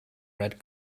red